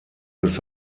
bis